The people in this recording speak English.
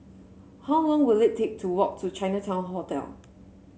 how long will it take to walk to Chinatown Hotel